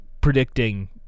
predicting